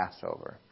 Passover